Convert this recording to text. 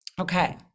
Okay